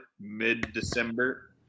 mid-December